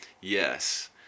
yes